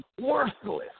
worthless